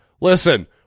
Listen